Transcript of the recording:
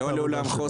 --- לא לעולם חוסן,